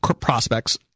prospects